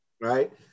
Right